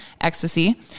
ecstasy